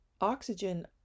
oxygen